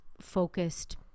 focused